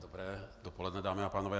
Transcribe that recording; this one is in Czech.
Dobré dopoledne, dámy a pánové.